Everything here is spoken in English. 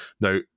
Now